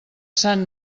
sant